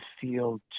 field